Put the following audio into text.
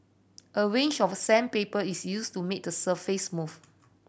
a range of sandpaper is used to make the surface smooth